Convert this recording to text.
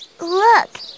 Look